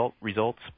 results